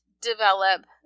develop